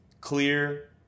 clear